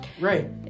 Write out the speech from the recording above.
Right